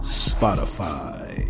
spotify